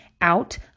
out